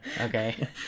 okay